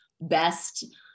best